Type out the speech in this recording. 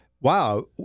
Wow